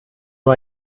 nur